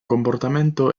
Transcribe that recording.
comportamento